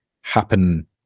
happen